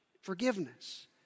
forgiveness